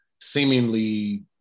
seemingly